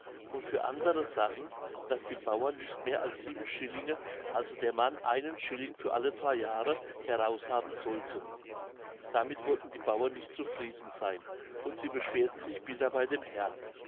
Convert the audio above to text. und für andere sachen daß die bauern nicht mehr als sieben schillinge also der mann einen schilling für alle drei jahre heraus haben sollten damit wollten die bauern nicht zufrieden seyn und sie beschwerten sich bitter bei dem herrn